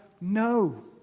no